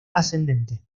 ascendente